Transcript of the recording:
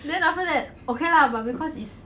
then after that okay lah but because it's